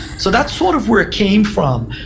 so that's sort of where it came from,